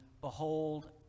Behold